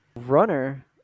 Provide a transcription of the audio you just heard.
runner